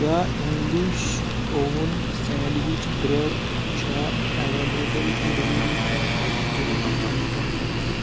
کیاہ اِنگلش اوٚوُن sandwich bread چھا ایویلیبٕل ڈِلؤری باپتھ دۄن گَنٹن منٛز